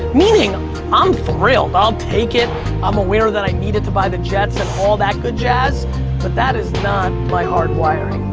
meaning i'm um thrilled, i'll take it i'm aware that i need it to buy the jets and all that good jazz but that is not my hard wiring.